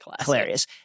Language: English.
Hilarious